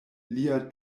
lia